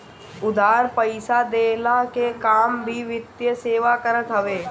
उधार पईसा देहला के काम भी वित्तीय सेवा करत हवे